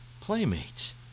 Playmates